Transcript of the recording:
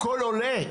הכול עולה.